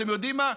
אתם יודעים מה,